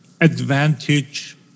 Advantage